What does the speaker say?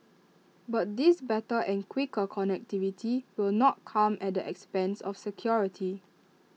but this better and quicker connectivity will not come at the expense of security